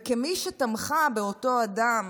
וכמי שתמכה באותו אדם,